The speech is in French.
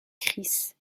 chris